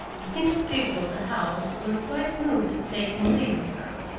the simple people of the house were quite moved at taking leave of her.